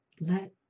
Let